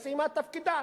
היא סיימה את תפקידה.